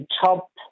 top